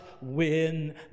win